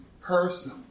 person